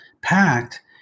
packed